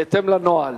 בהתאם לנוהל.